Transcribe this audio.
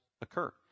occur